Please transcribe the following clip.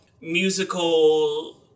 musical